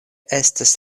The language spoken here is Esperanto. estas